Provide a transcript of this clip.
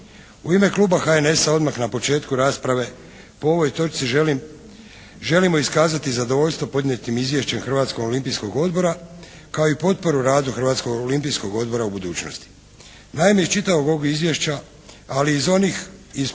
U ime kluba HNS-a odmah na početku rasprave po ovoj točci želimo iskazati zadovoljstvo podnijetim Izvješćem Hrvatskog olimpijskog odbora kao i potporu radu Hrvatskog olimpijskog odbora u budućnosti.